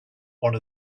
one